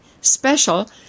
special